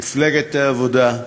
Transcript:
מפלגת העבודה,